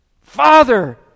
Father